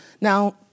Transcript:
Now